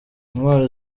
intwari